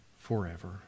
forever